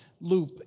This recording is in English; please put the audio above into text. loop